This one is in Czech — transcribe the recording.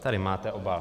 Tady máte obal.